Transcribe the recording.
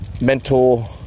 mental